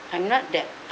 I'm not that